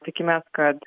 tikime kad